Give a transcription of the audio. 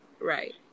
right